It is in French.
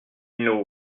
nous